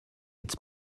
its